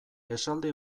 esaldi